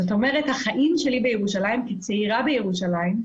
זאת אומרת, החיים שלי בירושלים, כצעירה בירושלים,